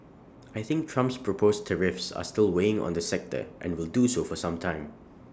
I think Trump's proposed tariffs are still weighing on the sector and will do so for some time